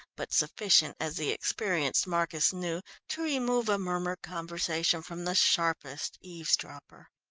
but sufficient, as the experienced marcus knew, to remove a murmured conversation from the sharpest eavesdropper.